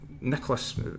Nicholas